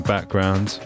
background